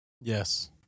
Yes